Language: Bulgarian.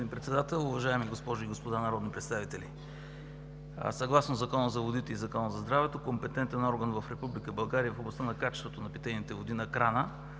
господин Председател, уважаеми госпожи и господа народни представители! Съгласно Закона за водите и Закона за здравето компетентен орган в Република България в областта на качеството на питейните води на крана